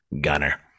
Gunner